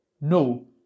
No